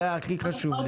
זה הכי חשוב לי.